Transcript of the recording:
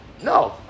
No